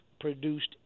produced